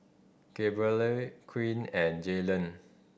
Gabrielle Queen and Jayleen